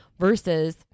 Versus